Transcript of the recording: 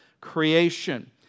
creation